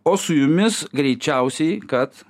o su jumis greičiausiai kad